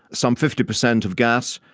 some fifty percent of gas,